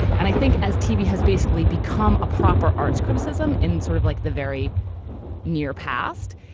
and i think as tv has basically become a proper arts criticism in sort of like the very near past,